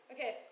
Okay